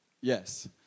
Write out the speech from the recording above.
yes